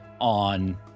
on